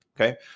Okay